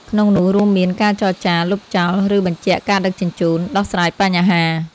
ក្នុងនោះរួមមានការចរចា លុបចោល ឬបញ្ជាក់ការដឹកជញ្ជូន ដោះស្រាយបញ្ហា។